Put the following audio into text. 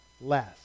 less